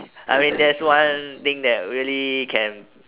I mean that's one thing that really can